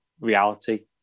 reality